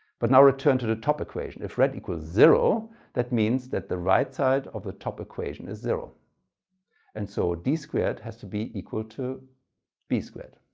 but now return to the top equation. if red equals zero that means that the right side of the top equation is zero and so d squared has to be equal to b squared.